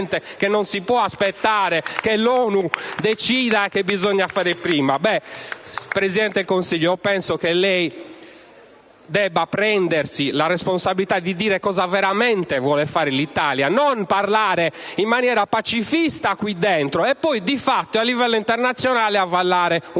del Consiglio, penso che lei debba prendersi la responsabilità di dire cosa veramente vuole fare l'Italia e non parlare in maniera pacifista qui dentro e poi, di fatto, a livello internazionale avallare un attacco,